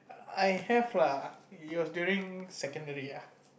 I have lah it was during secondary ah